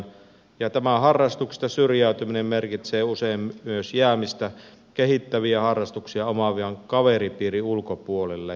tämä harrastuksista syrjäytyminen merkitsee usein myös jäämistä kehittäviä harrastuksia omaavan kaveripiirin ulkopuolelle